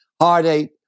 Heartache